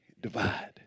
divide